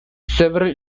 several